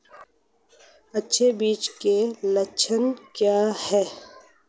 अच्छे बीज के लक्षण क्या हैं?